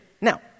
Now